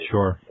Sure